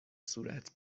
صورت